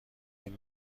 این